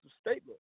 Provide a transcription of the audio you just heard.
statement